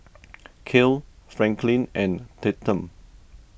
Kale Franklin and Tatum